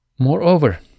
moreover